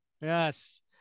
Yes